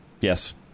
Yes